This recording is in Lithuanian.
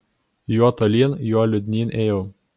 juo tolyn juo liūdnyn ėjau